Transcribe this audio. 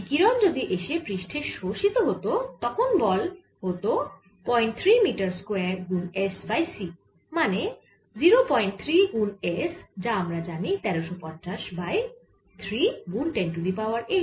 বিকিরণ যদি এসে পৃষ্ঠে শোষিত হত তখন বল হত 03 মিটার স্কয়ার গুন S বাই c মানে 03 গুন S যা আমরা জানি 1350 বাই 3 গুন 10 টু দি পাওয়ার 8